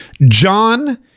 John